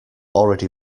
already